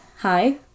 Hi